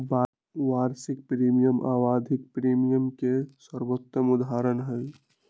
वार्षिक प्रीमियम आवधिक प्रीमियम के सर्वोत्तम उदहारण हई